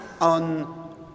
on